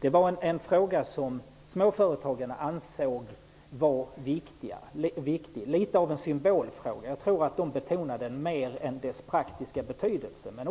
Det var en fråga som småföretagarna ansåg var viktig. Det var litet av en symbolfråga. Jag tror att frågan betonades mer än som egentligen motsvarar dess praktiska betydelse, men